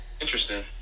Interesting